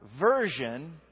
version